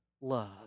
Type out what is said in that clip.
love